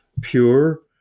pure